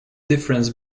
difference